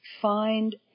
find